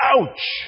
ouch